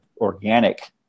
organic